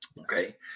Okay